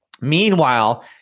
Meanwhile